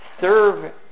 serve